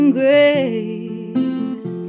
grace